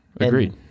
Agreed